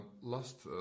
last